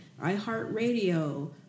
iHeartRadio